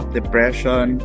depression